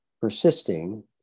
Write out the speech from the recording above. Persisting